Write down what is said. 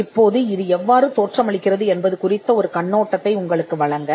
இப்போது இது எவ்வாறு தோற்றமளிக்கிறது என்பதற்கான ஒரு கண்ணோட்டத்தை உங்களுக்கு வழங்க